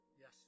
Yes